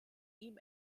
ihm